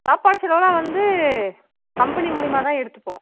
சாப்பாடு செலவெல்லாம் வந்து கம்பெனி மூலிமா தான் எடுத்துப்போம்